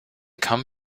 come